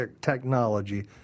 technology